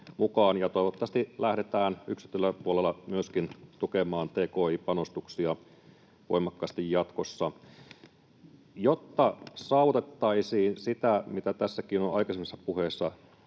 toivottavasti lähdetään yksityisellä puolella myöskin tukemaan tki-panostuksia voimakkaasti jatkossa. Jotta saavutettaisiin sitä, mitä tässäkin on aikaisemmissa puheissa